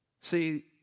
See